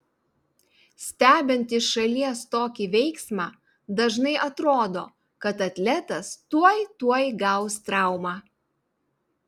stebint iš šalies tokį veiksmą dažnai atrodo kad atletas tuoj tuoj gaus traumą